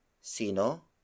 sino